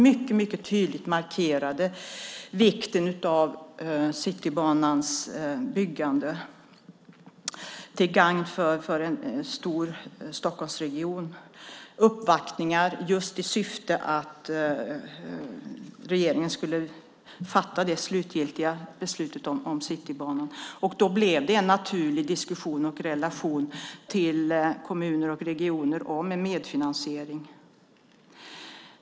Mycket tydligt markerades vikten av byggandet av Citybanan, till gagn för en stor Stockholmsregion. Det har varit uppvaktningar med syftet att regeringen skulle fatta det slutgiltiga beslutet om Citybanan. Då blev det en naturlig diskussion - och även en relation till kommuner och regioner - om en medfinansiering.